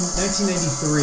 1993